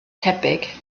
tebyg